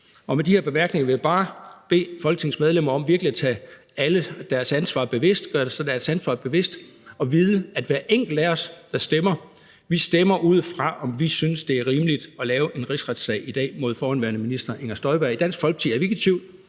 Med de her bemærkninger vil jeg bare bede Folketingets medlemmer om virkelig at være sig deres ansvar bevidst, gøre sig deres ansvar bevidst, og vide, at hver enkelt af os, der i dag stemmer, stemmer ud fra, om vi synes, det er rimeligt at lave en rigsretssag mod forhenværende minister Inger Støjberg. I Dansk Folkeparti er vi ikke i tvivl: